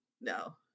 No